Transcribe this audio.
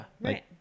right